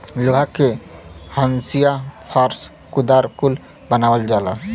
लोहा के हंसिआ फर्सा कुदार कुल बनावल जाला